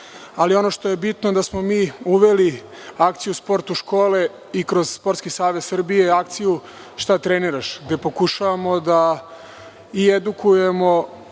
Ono što je bitno je da smo uveli akciju „Sport u škole“ i kroz Sportski savez Srbije akciju „Šta treniraš“, gde pokušavamo da i edukujemo